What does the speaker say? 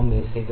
0133 മുതൽ 0